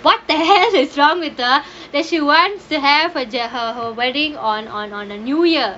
what is hell with her that she wants to have her her her wedding on on on a new year